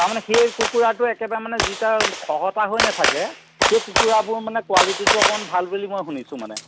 তাৰমানে সেই কুকুৰাটো একেবাৰে মানে যি তাৰ খহটা হৈ নাথাকে সেই কুকুৰাবোৰ মানে কোৱালিটিটো অকণমান ভাল বুলি মই শুনিছোঁ মানে